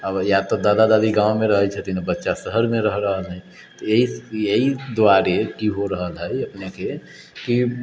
अब या तऽ दादा दादी गाँव मे रहै छथिन आ बच्चा शहर मे रह रहल है एहि दुआरे की की हो रहल है अपनेके की